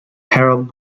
harald